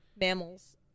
mammals